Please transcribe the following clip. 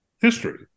history